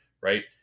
right